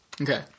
Okay